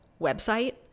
website